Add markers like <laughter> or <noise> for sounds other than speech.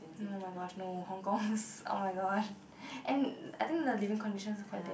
no oh my gosh no Hong-Kong <laughs> oh my gosh and I think the living conditions quite bad